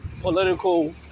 political